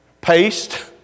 paste